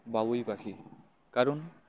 বাবুই পাখি কারণ